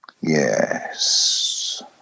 Yes